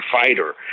fighter